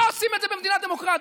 לא עושים את זה במדינה דמוקרטית.